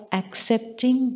accepting